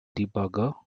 debugger